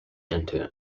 into